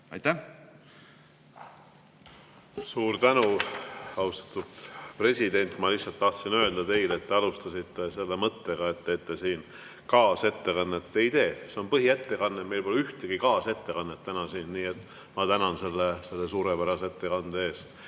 Aitäh! Suur tänu, austatud president! Ma lihtsalt tahtsin öelda teile seda. Te alustasite mõttega, et te teete siin kaasettekannet. Ei tee, see on põhiettekanne. Meil pole siin täna ühtegi kaasettekannet. Nii et ma tänan selle suurepärase ettekande eest.